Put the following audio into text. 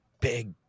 big